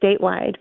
statewide